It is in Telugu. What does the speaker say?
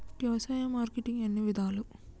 వ్యవసాయ మార్కెటింగ్ ఎన్ని విధాలు?